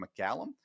McCallum